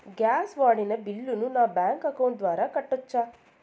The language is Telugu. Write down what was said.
గ్యాస్ వాడిన బిల్లును నా బ్యాంకు అకౌంట్ ద్వారా కట్టొచ్చా?